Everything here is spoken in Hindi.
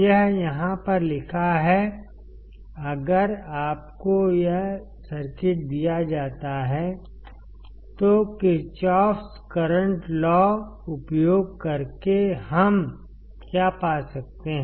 यह यहाँ पर लिखा है अगर आपको यह सर्किट दिया जाता है तो Kirchhoff's current law Kirchhoff's current law उपयोग करके हम क्या पा सकते हैं